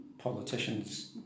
politicians